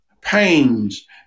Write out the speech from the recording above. pains